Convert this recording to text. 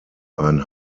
ein